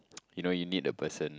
you know you need the person